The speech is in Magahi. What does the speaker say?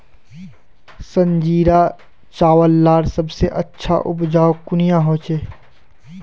संजीरा चावल लार सबसे अच्छा उपजाऊ कुनियाँ होचए?